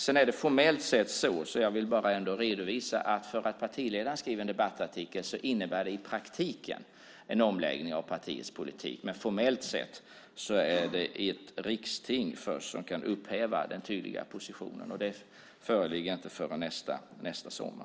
Sedan är det så - jag vill bara redovisa det - att när partiledaren skriver en debattartikel innebär det i praktiken en omläggning av partiets politik, men formellt sett är det först i ett riksting som man kan upphäva den tidigare positionen, och det föreligger inte förrän nästa sommar.